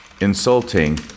insulting